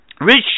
Rich